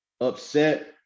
upset